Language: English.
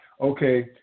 Okay